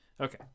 Okay